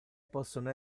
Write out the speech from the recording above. possono